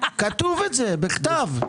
כתוב את זה בכתב.